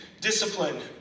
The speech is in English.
Discipline